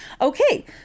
Okay